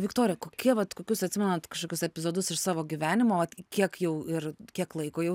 viktorija kokie vat kokius atsimenat kažkokius epizodus iš savo gyvenimo vat kiek jau ir kiek laiko jau